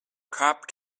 cop